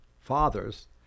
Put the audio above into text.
fathers